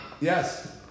Yes